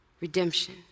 Redemption